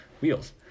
wheels